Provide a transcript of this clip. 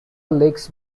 leaks